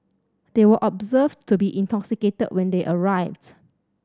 they were observed to be intoxicated when they arrived